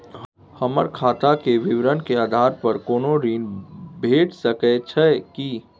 हमर खाता के विवरण के आधार प कोनो ऋण भेट सकै छै की?